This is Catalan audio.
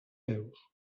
déus